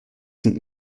sind